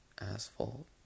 Asphalt